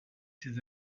ses